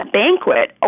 banquet